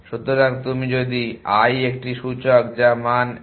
সুতরাং তুমি যদি i একটি সূচক যা মান এক